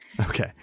Okay